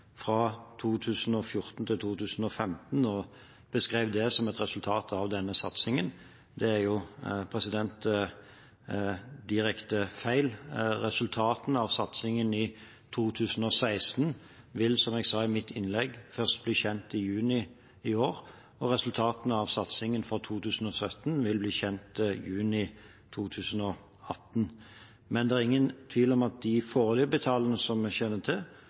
fra 2014 til 2015 og beskrev det som et resultat av denne satsingen. Det er direkte feil. Resultatene av satsingen i 2016 vil, som jeg sa i mitt innlegg, først bli kjent i juni i år. Og resultatene av satsingen for 2017 vil bli kjent i juni 2018. Men det er ingen tvil om at de foreløpige tallene som vi kjenner til,